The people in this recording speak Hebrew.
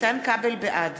בעד